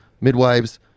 midwives